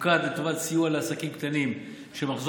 מוקד לטובת סיוע לעסקים קטנים שמחזור